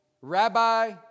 Rabbi